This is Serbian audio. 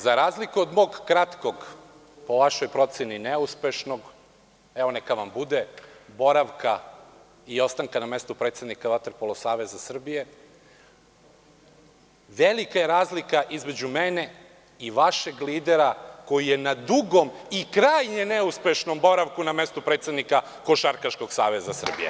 Za razliku od mog kratkog, po vašoj proceni neuspešnog, neka vam bude, boravka i ostanka na mestu predsednika Vaterpolo saveza Srbije, velika je razlika između mene i vašeg lidera koji je na dugom i krajnje neuspešnom boravku na mestu predsednika Košarkaškog saveza Srbije.